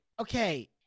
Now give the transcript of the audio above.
Okay